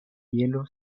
hielo